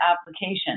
application